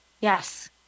yes